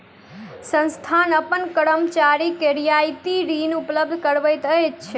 संस्थान अपन कर्मचारी के रियायती ऋण उपलब्ध करबैत अछि